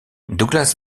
douglas